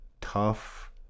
tough